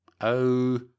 Oh